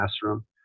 classroom